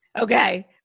Okay